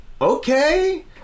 okay